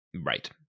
Right